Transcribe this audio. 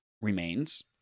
remains